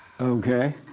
okay